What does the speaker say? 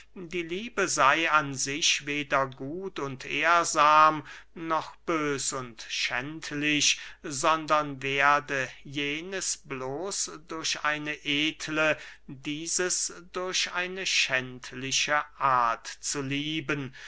die liebe sey an sich weder gut und ehrsam noch bös und schändlich sondern werde jenes bloß durch eine edle dieses durch eine schändliche art zu lieben